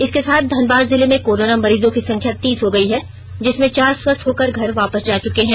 इसके साथ धनबाद जिले में कोरोना मरीजों की संख्या तीस हो गयी है जिसमें चार स्वस्थ होकर घर वापस जा चुके हैं